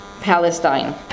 Palestine